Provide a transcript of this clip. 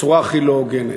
בצורה הכי לא הוגנת,